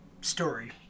story